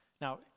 Now